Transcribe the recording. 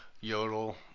yodel